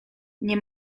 nie